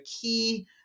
key